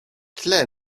tle